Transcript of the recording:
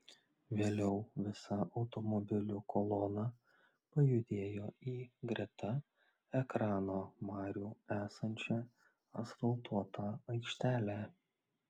vėliau visa automobilių kolona pajudėjo į greta ekrano marių esančią asfaltuotą aikštelę